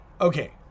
okay